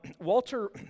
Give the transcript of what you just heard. Walter